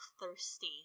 thirsty